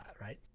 right